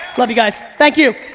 love you guys. thank you.